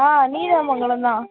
ஆ நீடாமங்கலந்தான்